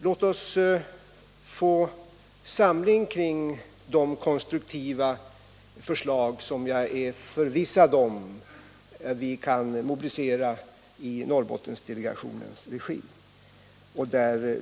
Låt oss få en samling kring de konstruktiva förslag som jag är förvissad om att vi kan mobilisera i Norrbottendelegationens regi.